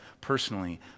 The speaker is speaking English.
personally